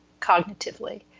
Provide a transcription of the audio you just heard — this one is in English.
cognitively